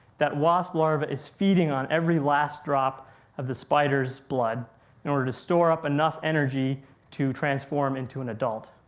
that wasp larva is feeding on every last drop of the spider's blood in order to store up enough energy to transform into an adult.